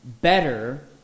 better